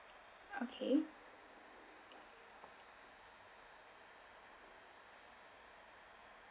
okay